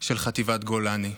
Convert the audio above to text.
של חטיבת גולני.